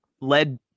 led